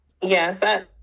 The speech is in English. Yes